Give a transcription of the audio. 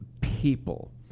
people